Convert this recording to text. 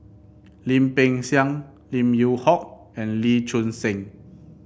Lim Peng Siang Lim Yew Hock and Lee Choon Seng